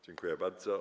Dziękuję bardzo.